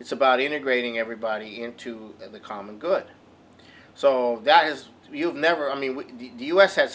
it's about integrating everybody into the common good so that has to be you've never i mean